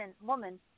woman